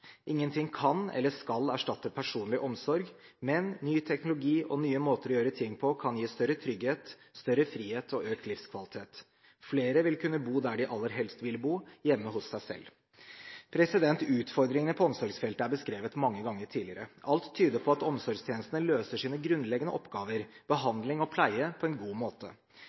Ingenting kan eller skal erstatte personlig omsorg, men ny teknologi og nye måter å gjøre ting på kan gi større trygghet, større frihet og økt livskvalitet. Flere vil kunne bo der de aller helst vil bo: hjemme hos seg selv. Utfordringene på omsorgsfeltet er beskrevet mange ganger tidligere. Alt tyder på at omsorgstjenestene løser sine grunnleggende oppgaver – behandling og pleie – på en god måte.